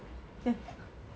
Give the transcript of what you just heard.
ya